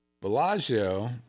bellagio